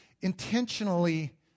intentionally